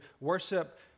worship